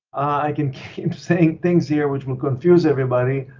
i can keep to saying things here which will confuse everybody,